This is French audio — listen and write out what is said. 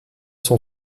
son